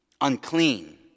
unclean